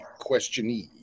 questionee